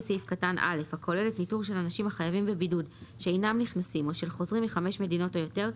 פרסומה, אלא אם כן נקבע בה מועד מאוחר יותר.